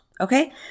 okay